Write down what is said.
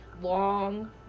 long